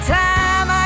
time